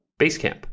Basecamp